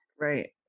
right